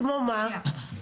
כמו מה?